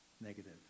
negative